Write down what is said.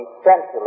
essentially